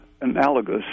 analogous